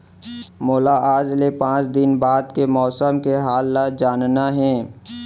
मोला आज ले पाँच दिन बाद के मौसम के हाल ल जानना हे?